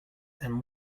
and